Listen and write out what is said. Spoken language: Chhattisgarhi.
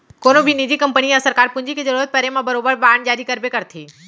कोनों भी निजी कंपनी या सरकार पूंजी के जरूरत परे म बरोबर बांड जारी करबे करथे